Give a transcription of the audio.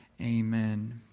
Amen